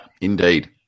indeed